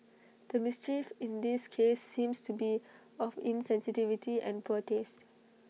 the mischief in this case seems to be of insensitivity and poor taste